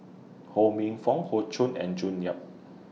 Ho Minfong Hoey Choo and June Yap